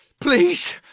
Please